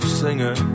singer